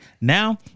Now